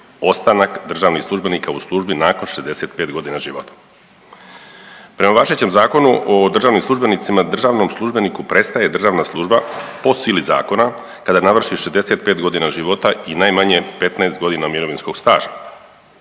ostanak državnih službenika u službi nakon 65 godina života. Prema važećem Zakonu o državnim službenicima, državnom službeniku prestaje državna služba po sili zakona kada navrši 65 godina života i najmanje 15 godina mirovinskog staža